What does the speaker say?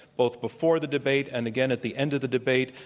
both before the debate and again at the end of the debate.